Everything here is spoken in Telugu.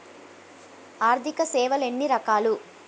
ఆర్థిక సేవలు ఎన్ని రకాలు?